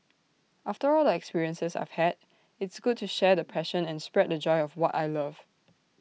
after all the experiences I've had it's good to share the passion and spread the joy of what I love